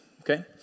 okay